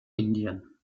indien